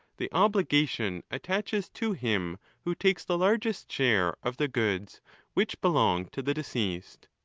the obligation attaches to him who takes the largest share of the goods which belonged to the deceased.